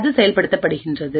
அது செயல்படுத்தப்படுகிறது